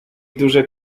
duże